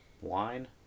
wine